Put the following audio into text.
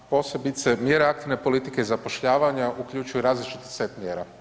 Posebice mjere aktivne politike zapošljavanja uključuju različiti set mjera.